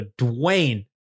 Dwayne